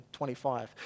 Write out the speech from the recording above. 25